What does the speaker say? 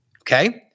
okay